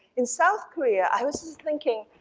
in south korea, i was just thinking,